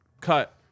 cut